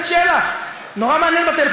ואתה אחד שיודע לומר את דעתו?